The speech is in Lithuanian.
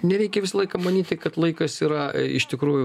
nereikia visą laiką manyti kad laikas yra iš tikrųjų